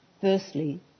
Firstly